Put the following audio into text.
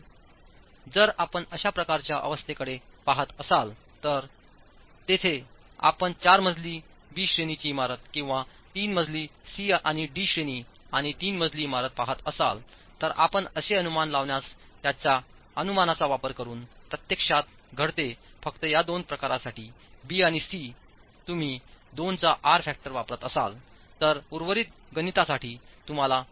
तर जर आपण अशा प्रकारच्या अवस्थेकडे पहात असाल तर जेथे आपण चार मजली बी श्रेणीची इमारत किंवा 3 मजली सी आणि डी श्रेणी आणि 3 मजली इमारत पाहत असाल तर आपण असे अनुमान लावल्यास त्याच अनुमानांचा वापर करून प्रत्यक्षात घडते फक्त या दोन प्रकारांसाठी बी आणि सी तुम्ही 2 चा आर फॅक्टर वापरत असाल तर उर्वरित गणितांसाठी तुम्हाला 2